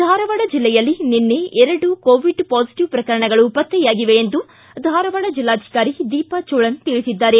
ಧಾರವಾಡ ಜಿಲ್ಲೆಯಲ್ಲಿ ನಿನ್ನೆ ಎರಡು ಕೋವಿಡ್ ಪಾಸಿಟಿವ್ ಪ್ರಕರಣಗಳು ಪತ್ತೆಯಾಗಿವೆ ಎಂದು ಧಾರವಾಡ ಜಿಲ್ಲಾಧಿಕಾರಿ ದೀಪಾ ಚೋಳನ್ ತಿಳಿಸಿದ್ದಾರೆ